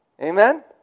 Amen